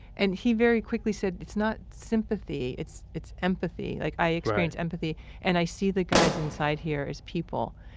and he very quickly said, it's not sympathy, it's it's empathy. like, i experience empathy and i see the guys inside here as people.